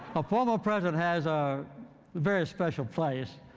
a former president has a very special place.